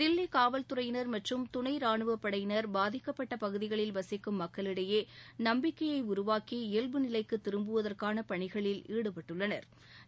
தில்லி தில்லி துறையினா் மற்றும் துணை ராணுவப் படையினர் பாதிக்கப்பட்ட பகுதிகளில் வசிக்கும் மக்களிடையே நம்பிக்கையை உருவாக்கி இயல்பு நிலைக்கு திரும்புவதற்கான பணிகளில் ஈடுபட்டுள்ளனா்